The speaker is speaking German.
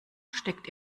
steckt